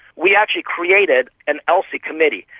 we actually created an elsi committee.